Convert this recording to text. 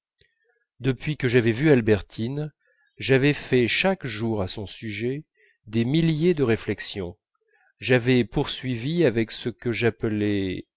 depuis que j'avais vu albertine j'avais fait chaque jour à son sujet des milliers de réflexions j'avais poursuivi avec ce que j'appelais